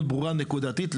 נקודתית,